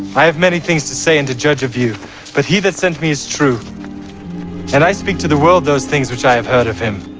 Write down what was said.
i have many things to say and to judge of you but he that sent me is true and i speak to the world those things which i have heard of him.